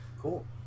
Cool